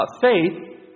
faith